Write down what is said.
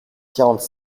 quarante